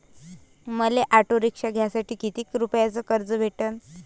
मले auto rickshaw घ्यासाठी कितीक रुपयाच कर्ज भेटनं?